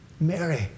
Mary